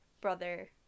brother